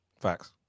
Facts